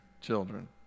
children